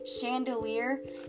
chandelier